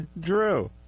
Drew